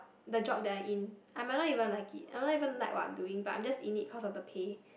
the job that I'm in I might not even like it I don't even like what I'm doing but I'm just in it cause of the pay